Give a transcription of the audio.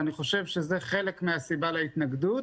אני חושב שזה חלק מן הסיבה להתנגדות.